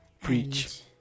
preach